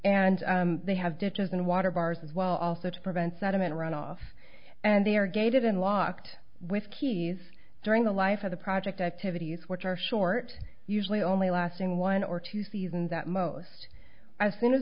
and they have ditches and water bars as well also to prevent sediment runoff and they are gated and locked with keys during the life of the project activities which are short usually only lasting one or two seasons at most as soon as